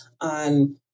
on